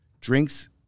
Drinks